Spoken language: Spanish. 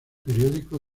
periódico